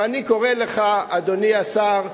ואני קורא לך, אדוני השר,